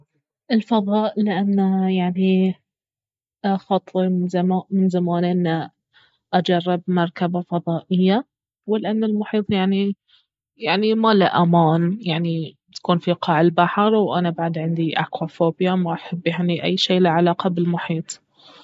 الفضاء لانه يعني خاطري من زمان انه اجرب مركبة فضائية ولان المحيط يعني ما له امان تكون في قاع البحر وانا بعد عندي اكوافوبيا ما احب يعني أي شي له علاقة بالمحيط